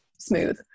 Smooth